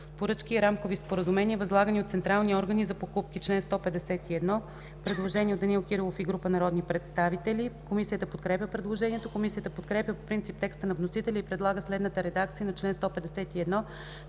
„Поръчки и рамкови споразумения, възлагани от централни органи за покупки”. Предложение от народния представител Данаил Кирилов и група народни представители. Комисията подкрепя предложението. Комисията подкрепя по принцип текста на вносителя и предлага следната редакция на чл. 151,